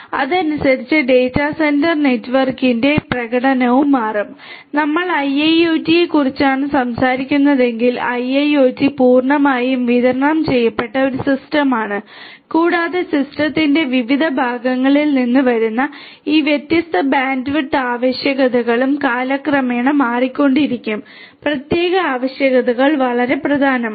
അതിനനുസരിച്ച് data centre നെറ്റ്വർക്കിന്റെ പ്രകടനവും മാറും നമ്മൾ IIoT യെക്കുറിച്ചാണ് സംസാരിക്കുന്നതെങ്കിൽ IIoT പൂർണ്ണമായും വിതരണം ചെയ്യപ്പെട്ട ഒരു സിസ്റ്റമാണ് കൂടാതെ സിസ്റ്റത്തിന്റെ വിവിധ ഭാഗങ്ങളിൽ നിന്ന് വരുന്ന ഈ വ്യത്യസ്ത ബാൻഡ്വിഡ്ത്ത് ആവശ്യകതകളും കാലക്രമേണ മാറിക്കൊണ്ടിരിക്കും പ്രത്യേക ആവശ്യകതകൾ വളരെ പ്രധാനമാണ്